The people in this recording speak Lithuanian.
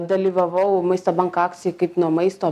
dalyvavau maisto banko akcijų kaip nuo maisto